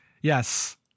yes